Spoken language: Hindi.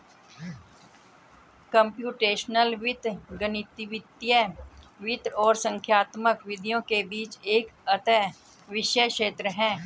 कम्प्यूटेशनल वित्त गणितीय वित्त और संख्यात्मक विधियों के बीच एक अंतःविषय क्षेत्र है